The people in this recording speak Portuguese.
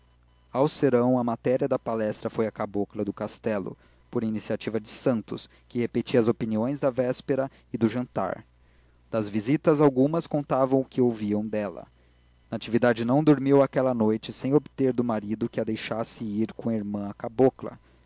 ao serão a matéria da palestra foi a cabocla do castelo por iniciativa de santos que repetia as opiniões da véspera e do jantar das visitas algumas contavam o que ouviam dela natividade não dormiu aquela noite sem obter do marido que a deixasse ir com a irmã à cabocla